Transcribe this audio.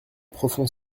profond